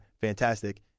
fantastic